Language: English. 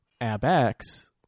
abx